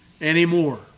anymore